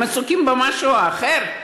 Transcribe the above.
הם עסוקים במשהו אחר?